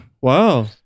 Wow